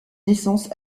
naissance